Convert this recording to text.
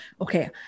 okay